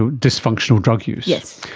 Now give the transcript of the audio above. ah dysfunctional drug use. yes.